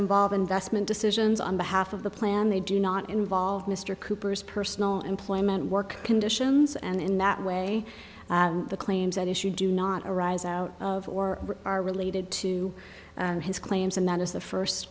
involve investment decisions on behalf of the plan they do not involve mr cooper's personal employment work conditions and in that way the claims at issue do not arise out of or are related to his claims and that is the first